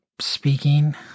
speaking